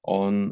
on